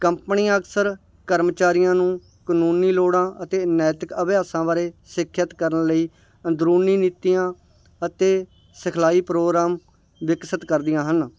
ਕੰਪਨੀਆਂ ਅਕਸਰ ਕਰਮਚਾਰੀਆਂ ਨੂੰ ਕਾਨੂੰਨੀ ਲੋੜਾਂ ਅਤੇ ਨੈਤਿਕ ਅਭਿਆਸਾਂ ਬਾਰੇ ਸਿੱਖਿਅਤ ਕਰਨ ਲਈ ਅੰਦਰੂਨੀ ਨੀਤੀਆਂ ਅਤੇ ਸਿਖਲਾਈ ਪ੍ਰੋਗਰਾਮ ਵਿਕਸਿਤ ਕਰਦੀਆਂ ਹਨ